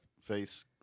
face